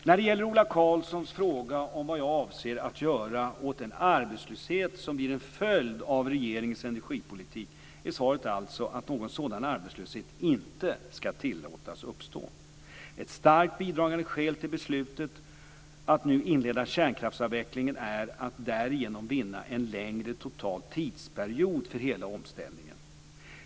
När det gäller Ola Karlssons fråga om vad jag avser att göra åt den arbetslöshet som blir en följd av regeringens energipolitik är svaret alltså att någon sådan arbetslöshet inte ska tillåtas uppstå. Ett starkt bidragande skäl till beslutet att nu inleda kärnkraftsavvecklingen är att därigenom vinna en längre total tidsperiod för hela omställningen.